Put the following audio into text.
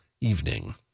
evening